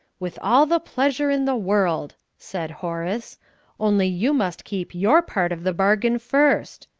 with all the pleasure in the world! said horace only you must keep your part of the bargain first.